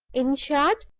in short,